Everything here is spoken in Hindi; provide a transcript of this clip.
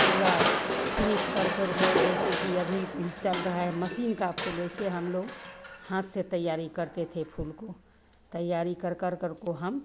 पूरा फ़िनिश कर करको जैसे कि अभी भी चल रहा है मशीन का फूल वैसे हमलोग हाथ से तैयारी करते थे फूल को तैयारी कर करको हम